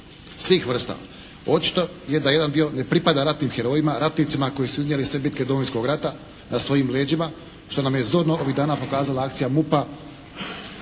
svih vrsta. Očito je da jedan dio ne pripada ratnim herojima, ratnicima koji su iznijeli sve bitke Domovinskog rata na svojim leđima što nam je zorno ovih dana pokazala akcija MUP-a